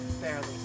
Barely